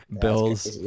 Bills